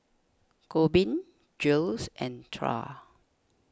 Corbin Jiles and Trae